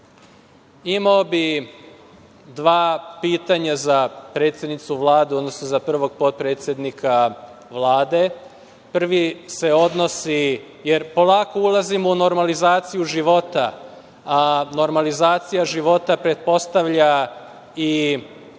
bi dva pitanja za predsednicu Vlade, odnosno za prvog potpredsednika Vlade. Prvi se odnosi, jer polako ulazimo u normalizaciju života, a normalizacija života pretpostavlja i